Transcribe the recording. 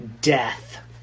Death